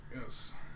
Yes